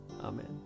Amen